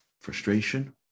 frustration